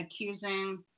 accusing